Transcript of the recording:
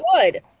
good